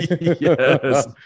Yes